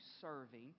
serving